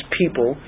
people